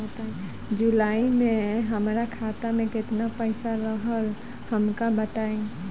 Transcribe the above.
जुलाई में हमरा खाता में केतना पईसा रहल हमका बताई?